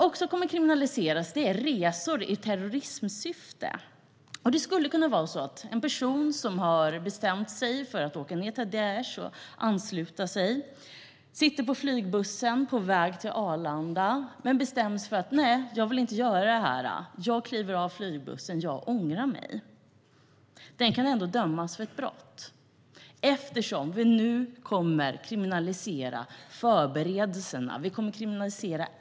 Också resor i terrorismsyfte kommer att kriminaliseras. En person som har bestämt sig för att åka ned och ansluta sig till Daish kan på flygbussen till Arlanda ångra sig och kliva av den. Den personen kan ändå dömas för brott eftersom förberedelser nu kommer att kriminaliseras.